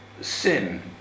Sin